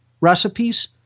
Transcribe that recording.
recipes